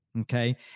okay